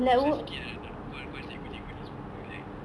susah sikit ah nak call call cikgu cikgu ini semua like